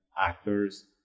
actors